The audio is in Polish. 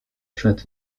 przed